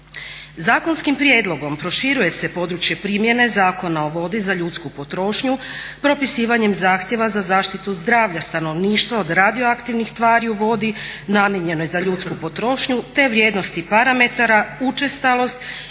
Zakonskim prijedlogom proširuje se područje primjene Zakona o vodi za ljudsku potrošnju propisivanjem zahtjeva za zaštitu zdravlja stanovništva od radioaktivnih tvari u vodi namijenjenoj za ljudsku potrošnu, te vrijednosti parametara, učestalost